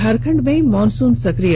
झारखंड में मॉनसून सक्रिय